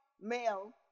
male